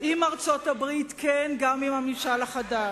עם ארצות-הברית, כן, גם עם הממשל החדש.